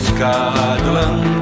Scotland